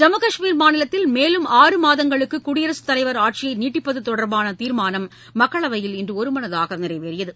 ஜம்முகஷ்மீர் மாநிலத்தில் மேலும் ஆறு மாதங்களுக்கு குடியரசுத்தலைவர் ஆட்சியை நீட்டிப்பது தொடர்பான தீர்மானம் மக்களவையில் இன்று ஒருமனதாக நிறைவேறியது